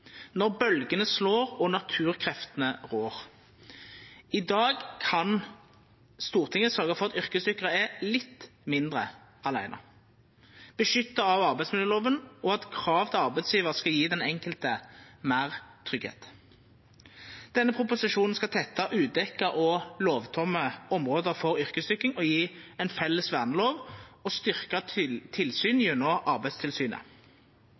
når bølgene slår og naturkreftene rår. I dag kan Stortinget sørgja for at yrkesdykkarar er litt mindre åleine, beskytta av arbeidsmiljøloven og med eit krav til at arbeidsgjevar skal gje den enkelte meir tryggleik. Denne proposisjonen skal tetta udekte og lovtome område for yrkesdykking og gje ein felles vernelov og styrkt tilsyn gjennom Arbeidstilsynet.